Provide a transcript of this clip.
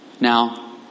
now